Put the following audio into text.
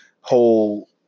whole